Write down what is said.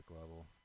level